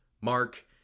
mark